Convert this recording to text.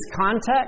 context